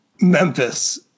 Memphis